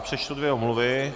Přečtu dvě omluvy.